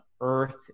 earth